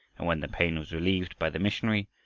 and when the pain was relieved by the missionary,